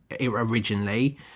Originally